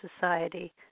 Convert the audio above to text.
society